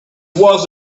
was